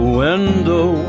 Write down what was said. window